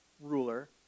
ruler